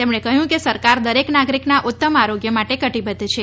તેમણે કહ્યું કે સરકાર દરેક નાગરિકના ઉત્તમ આરોગ્ય માટે કટીબદ્ધ છે